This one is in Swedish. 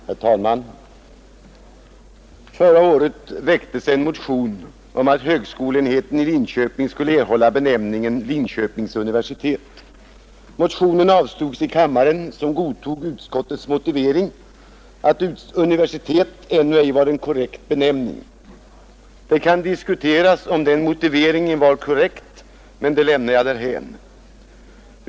Herr talman! Förra året väcktes en motion om att högskolenheten i Linköping skulle erhålla benämningen Linköpings universitet. Motionen avslogs i kammaren som godtog utskottets motivering att universitet ännu ej var en korrekt benämning. Det kan diskuteras om den motiveringen var korrekt, men jag lämnar det därhän.